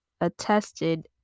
attested